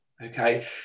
Okay